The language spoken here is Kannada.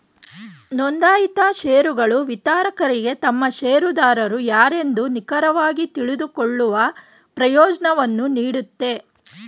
ನೊಂದಾಯಿತ ಶೇರುಗಳು ವಿತರಕರಿಗೆ ತಮ್ಮ ಶೇರುದಾರರು ಯಾರೆಂದು ನಿಖರವಾಗಿ ತಿಳಿದುಕೊಳ್ಳುವ ಪ್ರಯೋಜ್ನವನ್ನು ನೀಡುತ್ತೆ